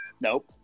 Nope